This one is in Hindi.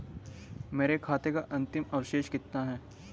मेरे खाते का अंतिम अवशेष कितना है?